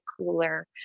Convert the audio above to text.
cooler